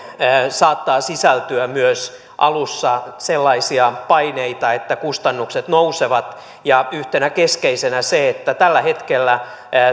saattaa sisältyä myös alussa sellaisia paineita että kustannukset nousevat ja yhtenä keskeisenä se että tällä hetkellä